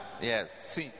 Yes